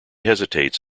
hesitates